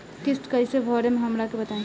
किस्त कइसे भरेम हमरा के बताई?